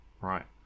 Right